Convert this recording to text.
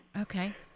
Okay